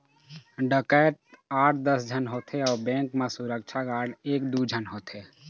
डकैत आठ दस झन होथे अउ बेंक म सुरक्छा गार्ड एक दू झन होथे